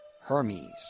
Hermes